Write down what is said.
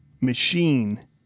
machine